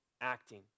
acting